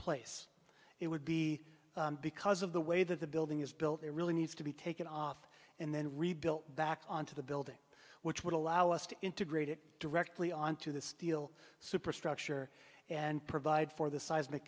place it would be because of the way that the building is built it really needs to be taken off and then rebuilt back on to the building which would allow us to integrate it directly onto the steel superstructure and provide for the seismic